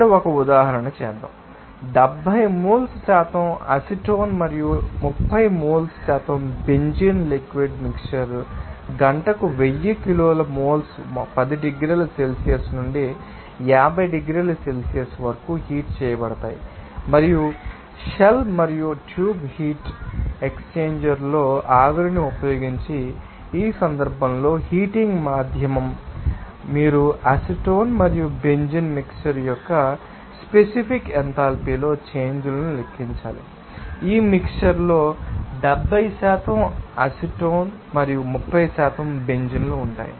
ఇక్కడ ఒక ఉదాహరణ చేద్దాం 70 మోల్స్ శాతం అసిటోన్ మరియు 30 మోల్స్ శాతం బెంజీన్ లిక్విడ్ మిక్స్చర్ గంటకు 1000 కిలో మోల్స్ 10 డిగ్రీల సెల్సియస్ నుండి 50 డిగ్రీల సెల్సియస్ వరకు హీట్ చేయబడతాయి మరియు షెల్ మరియు ట్యూబ్ హీట్ ఎక్స్ఛేంజర్లో ఆవిరిని ఉపయోగించి ఈ సందర్భంలో హీటింగ్ మాధ్యమం మీరు అసిటోన్ మరియు బెంజీన్ మిక్శ్చర్ యొక్క స్పెసిఫిక్ ఎంథాల్పీలో చేంజ్ లను లెక్కించాలి ఈ మిక్శ్చర్ లో 70 అసిటోన్ మరియు 30 బెంజీన్ ఉంటాయి